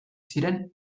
ziren